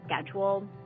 schedule